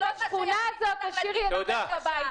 את השכונה הזאת תשאירי אצלך בבית.